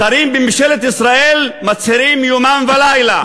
שרים בממשלת ישראל מצהירים יומם ולילה: